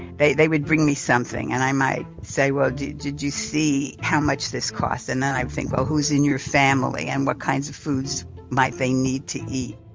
they they would bring me something. and i might say, well, did did you see how much this cost? and then i'd think, well, who's in your family, and what kinds of foods might they need to eat?